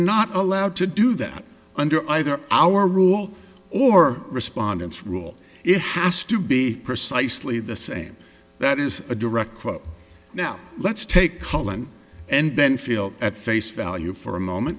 not allowed to do that under either our rule or respondents rule it has to be precisely the same that is a direct quote now let's take cullen and then feel at face value for a moment